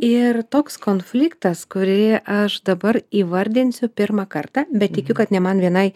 ir toks konfliktas kurį aš dabar įvardinsiu pirmą kartą bet tikiu kad ne man vienai